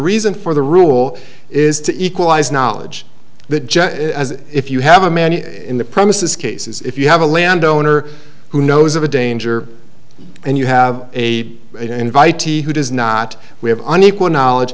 reason for the rule is to equalize knowledge the judge if you have a man in the premises cases if you have a landowner who knows of a danger and you have a invitee who does not we have an equal knowledge